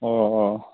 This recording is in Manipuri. ꯑꯣ ꯑꯣ